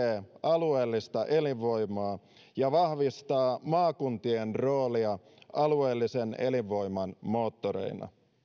alueellista elinvoimaa ja vahvistaa maakuntien roolia alueellisen elinvoiman moottoreina